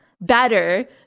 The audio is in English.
better